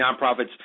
nonprofits